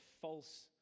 false